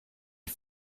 die